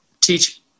teach